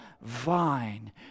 vine